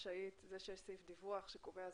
זה שיש סעיף דיווח שקובע זמן,